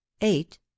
eight